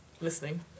Listening